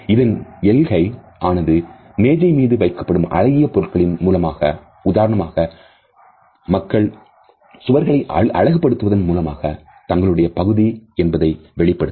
இதன் எல்கை ஆனது மேஜை மீது வைக்கப்படும் அழகிய பொருட்களின் மூலமாக உதாரணமாக மக்கள் சுவர்களை அழகு படுத்துவதன் மூலமாக தங்களுடைய பகுதி என்பதை வெளிப்படுத்துவர்